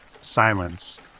Silence